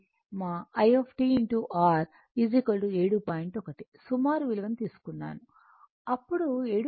1 సుమారు విలువను తీసుకున్నాను అప్పుడు 7